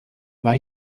hier